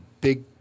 big